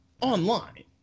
Online